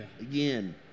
Again